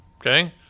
Okay